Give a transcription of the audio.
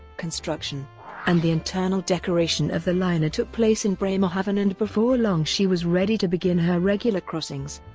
construction and the internal decoration of the liner took place in bremerhaven and before long she was ready to begin her regular crossings,